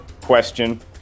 question